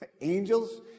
Angels